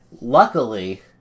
luckily